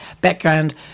background